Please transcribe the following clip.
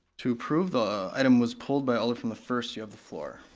to approve, the item was pulled by alder from the first, you have the floor.